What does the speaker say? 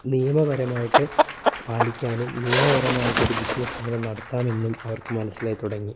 നിയമപരമായിട്ട് പാലിക്കാനും നിയമപരമായിട്ട് ഒരു ബിസിനസ്സ് എങ്ങനെ നടത്താമെന്നും അവർക്ക് മനസ്സിലായി തുടങ്ങി